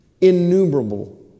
Innumerable